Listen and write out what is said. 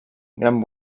gran